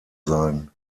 sein